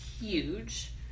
Huge